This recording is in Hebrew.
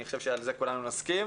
אני חושב שעל זה כולנו נסכים.